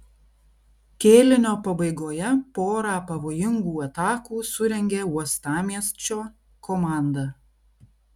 kėlinio pabaigoje porą pavojingų atakų surengė uostamiesčio komanda